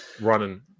running